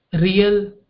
real